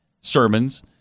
sermons